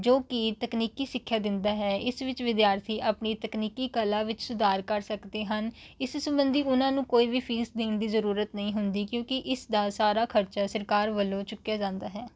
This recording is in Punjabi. ਜੋ ਕਿ ਤਕਨੀਕੀ ਸਿੱਖਿਆ ਦਿੰਦਾ ਹੈ ਇਸ ਵਿੱਚ ਵਿਦਿਆਰਥੀ ਆਪਣੀ ਤਕਨੀਕੀ ਕਲਾ ਵਿੱਚ ਸੁਧਾਰ ਕਰ ਸਕਦੇ ਹਨ ਇਸ ਸੰਬੰਧੀ ਉਹਨਾਂ ਨੂੰ ਕੋਈ ਵੀ ਫੀਸ ਦੇਣ ਦੀ ਜ਼ਰੂਰਤ ਨਹੀਂ ਹੁੰਦੀ ਕਿਉਂਕਿ ਇਸ ਦਾ ਸਾਰਾ ਖਰਚਾ ਸਰਕਾਰ ਵੱਲੋਂ ਚੁੱਕਿਆ ਜਾਂਦਾ ਹੈ